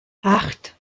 acht